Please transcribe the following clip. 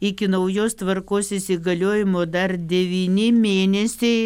iki naujos tvarkos įsigaliojimo dar devyni mėnesiai